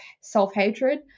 self-hatred